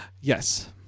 yes